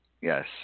Yes